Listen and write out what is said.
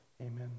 Amen